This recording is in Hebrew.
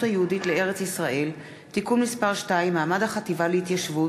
היהודית לארץ-ישראל (תיקון מס' 2) (מעמד החטיבה להתיישבות),